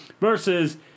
versus